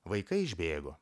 vaikai išbėgo